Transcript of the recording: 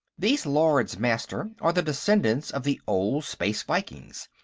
these lords-master are the descendants of the old space-vikings,